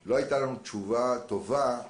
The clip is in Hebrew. של דבר לא הייתה לנו תשובה טובה לשאלות: